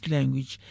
Language